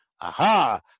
Aha